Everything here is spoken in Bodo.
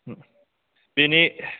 बिनि